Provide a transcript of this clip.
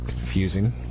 confusing